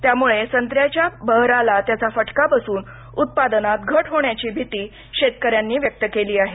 त्यामुळे येणाऱ्या संत्र्याच्या बहराला त्याचा फटका बसून उत्पादनात घट होण्याची भिती शेतकऱ्यांनी व्यक्त केली आहे